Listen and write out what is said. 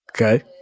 Okay